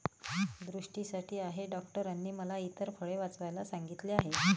दृष्टीसाठी आहे डॉक्टरांनी मला इतर फळे वाचवायला सांगितले आहे